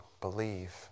believe